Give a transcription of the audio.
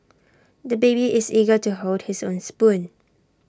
the baby is eager to hold his own spoon